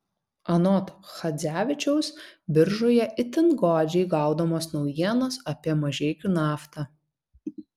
anot chadzevičiaus biržoje itin godžiai gaudomos naujienos apie mažeikių naftą